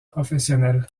professionnelle